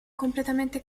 completamente